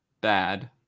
bad